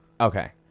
Okay